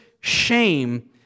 shame